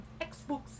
Xbox